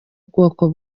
bwoko